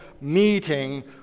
meeting